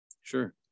Sure